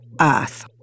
Earth